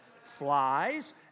Flies